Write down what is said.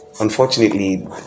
unfortunately